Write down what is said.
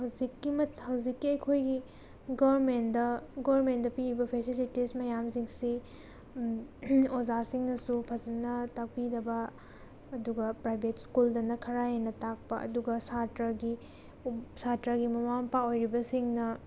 ꯍꯧꯖꯤꯛꯀꯤ ꯑꯩꯈꯣꯏꯒꯤ ꯒꯣꯔꯃꯦꯟꯗ ꯒꯣꯔꯃꯦꯟꯗ ꯄꯤꯕ ꯐꯦꯁꯤꯂꯤꯇꯤꯁ ꯃꯌꯥꯝꯁꯤꯡꯁꯤ ꯑꯣꯖꯥꯁꯤꯡꯅꯁꯨ ꯐꯖꯅ ꯇꯥꯛꯄꯤꯗꯕ ꯑꯗꯨꯒ ꯄ꯭ꯔꯥꯏꯚꯦꯠ ꯁ꯭ꯀꯨꯜꯗꯅ ꯈꯔ ꯍꯦꯟꯅ ꯇꯥꯛꯄ ꯑꯗꯨꯒ ꯁꯥꯠꯇ꯭ꯔꯒꯤ ꯃꯃꯥ ꯃꯄꯥ ꯑꯣꯏꯔꯤꯕꯁꯤꯡꯅ